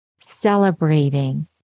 celebrating